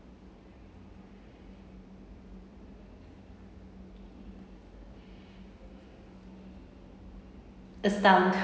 astound